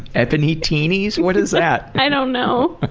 ebony teenies? what is that? i don't know,